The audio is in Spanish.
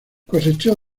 cosechó